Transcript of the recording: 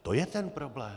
To je ten problém.